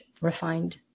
refined